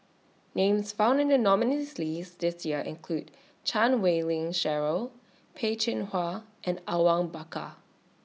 Names found in The nominees' list This Year include Chan Wei Ling Cheryl Peh Chin Hua and Awang Bakar